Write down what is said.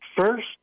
first